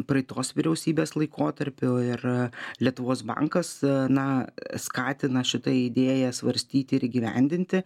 praeitos vyriausybės laikotarpiu ir lietuvos bankas na skatina šitą idėją svarstyt ir įgyvendinti